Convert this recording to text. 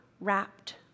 wrapped